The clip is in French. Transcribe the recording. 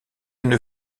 une